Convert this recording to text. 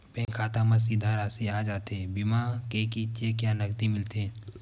Bank खाता मा सीधा राशि आ जाथे बीमा के कि चेक या नकदी मिलथे?